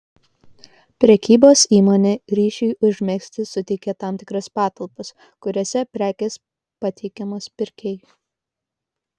prekybos įmonė ryšiui užmegzti suteikia tam tikras patalpas kuriose prekės pateikiamos pirkėjui